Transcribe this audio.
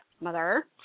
mother